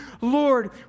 Lord